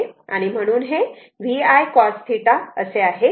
म्हणून हे VI cos θ आहे